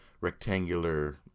rectangular